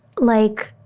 like,